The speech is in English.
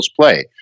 play